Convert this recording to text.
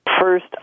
first